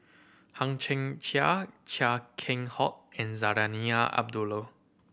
Hang Chang Chieh Chia Keng Hock and Zarinah Abdullah